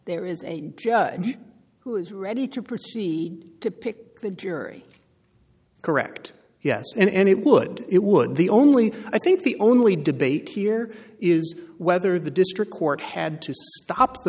there is a judge who is ready to proceed to pick the jury correct yes and it would it would the only thing i think the only debate here is whether the district court had to stop the